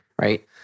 right